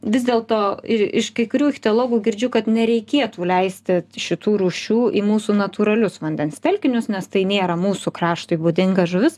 vis dėlto i iš kai kurių ichtiologų girdžiu kad nereikėtų leisti šitų rūšių į mūsų natūralius vandens telkinius nes tai nėra mūsų kraštui būdinga žuvis